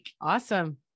awesome